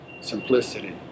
simplicity